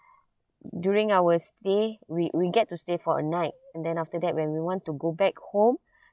during our stay we we get to stay for a night and then after that when we want to go back home